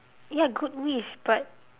ya good wish but